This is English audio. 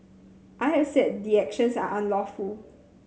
I have said the actions are unlawful